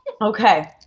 Okay